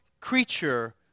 creature